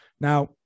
Now-